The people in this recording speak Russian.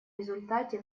результате